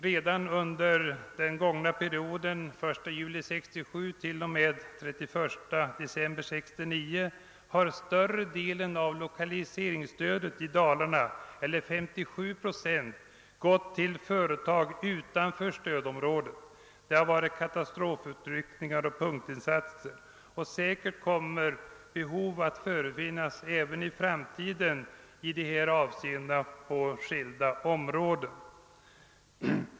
Redan under den gångna perioden den 1 juli 1965—31 december 1969 har större delen av lokaliseringsstödet till Dalarna eller 57 procent gått till företag utanför stödområdet. Det har varit fråga om katastrofutryckningar och punktinsatser. Säkert kommer behov att förefinnas även i framtiden i dessa avseenden på skilda områden.